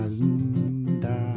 linda